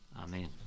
amen